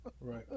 Right